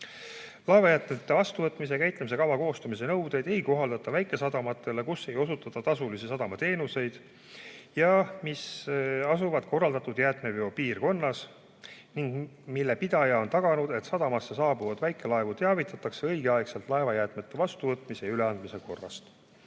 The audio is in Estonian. Laevajäätmete vastuvõtmise ja käitlemise kava koostamise nõudeid ei kohaldata väikesadamatele, kus ei osutata tasulisi sadamateenuseid ja mis asuvad korraldatud jäätmeveo piirkonnas ning mille pidaja on taganud, et sadamasse saabuvaid väikelaevu teavitatakse õigeaegselt laevajäätmete vastuvõtmise ja üleandmise korrast.